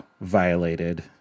violated